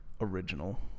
original